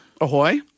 Ahoy